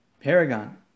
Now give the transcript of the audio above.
paragon